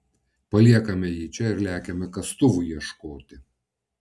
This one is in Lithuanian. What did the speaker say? paliekame jį čia ir lekiame kastuvų ieškoti